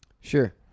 Sure